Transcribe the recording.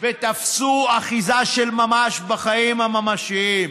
ותפסו אחיזה של ממש בחיים הממשיים.